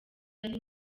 yari